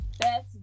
best